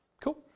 Cool